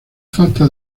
falta